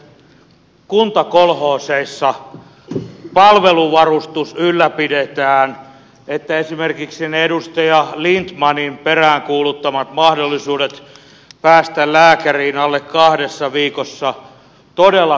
uskotaanko todella että rakenneuudistusten kuntakolhooseissa palveluvarustus ylläpidetään että esimerkiksi ne edustaja lindtmanin peräänkuuluttamat mahdollisuudet päästä lääkäriin alle kahdessa viikossa todella toteutuvat